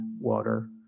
water